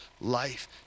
life